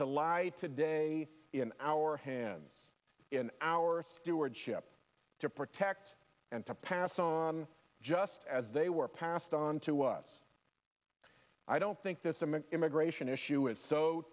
to live today in our hands in our stewardship to protect and to pass on just as they were passed on to us i don't think this i'm an immigration issue is so